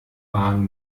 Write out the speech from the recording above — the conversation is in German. waren